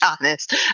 honest